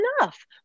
enough